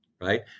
right